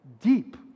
deep